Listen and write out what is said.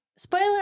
Spoiler